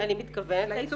אני מתכוונת לעיצומים.